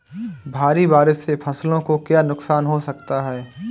भारी बारिश से फसलों को क्या नुकसान हो सकता है?